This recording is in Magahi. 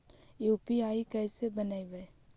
यु.पी.आई कैसे बनइबै?